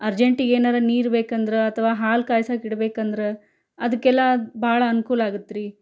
ಅರ್ಜೆಂಟಿಗೇನಾರು ನೀರು ಬೇಕೆಂದ್ರೆ ಅಥವಾ ಹಾಲು ಕಾಯ್ಸೋಕೆ ಇಡಬೇಕೆಂದ್ರೆ ಅದಕ್ಕೆಲ್ಲ ಭಾಳ ಅನ್ಕೂಲ ಆಗುತ್ರಿ